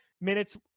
minutes